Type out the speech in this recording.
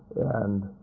and